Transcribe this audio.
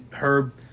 Herb